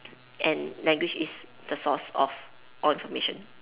and language is the source of all information